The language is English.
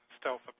stealth